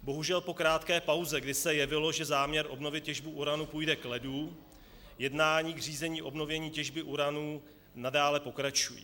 Bohužel po krátké pauze, kdy se jevilo, že záměr obnovit těžbu uranu půjde k ledu, jednání k řízení obnovení těžby uranu nadále pokračují.